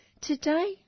Today